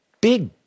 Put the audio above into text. big